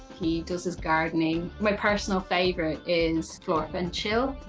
he does his gardening. my personal favorite is florp and chill.